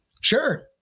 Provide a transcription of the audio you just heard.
Sure